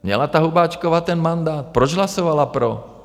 Měla ta Hubáčková ten mandát, proč hlasovala pro?